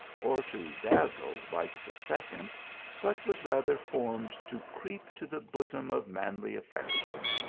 or to dazzle like the second but was rather formed to creep to the bosom of manly affection,